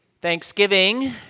Thanksgiving